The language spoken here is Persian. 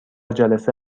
جلسه